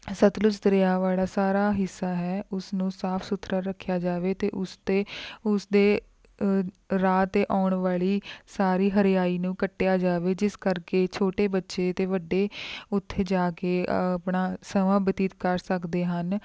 ਸਤਲੁਜ ਦਰਿਆ ਵਾਲਾ ਸਾਰਾ ਹਿੱਸਾ ਹੈ ਉਸ ਨੂੰ ਸਾਫ਼ ਸੁਥਰਾ ਰੱਖਿਆ ਜਾਵੇ ਅਤੇ ਉਸ 'ਤੇ ਉਸ ਦੇ ਰਾਹ 'ਤੇ ਆਉਣ ਵਾਲੀ ਸਾਰੀ ਹਰਿਆਈ ਨੂੰ ਕੱਟਿਆ ਜਾਵੇ ਜਿਸ ਕਰਕੇ ਛੋਟੇ ਬੱਚੇ ਅਤੇ ਵੱਡੇ ਉੱਥੇ ਜਾ ਕੇ ਆਪਣਾ ਸਮਾਂ ਬਤੀਤ ਕਰ ਸਕਦੇ ਹਨ